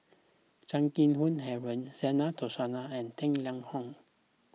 Chan Keng Howe Harry Zena Tessensohn and Tang Liang Hong